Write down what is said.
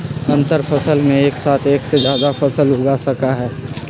अंतरफसल में एक साथ एक से जादा फसल उगा सका हई